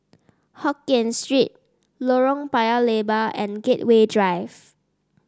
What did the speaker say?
Hokkien Street Lorong Paya Lebar and Gateway Drive